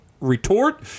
retort